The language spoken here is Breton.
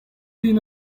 din